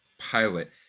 pilot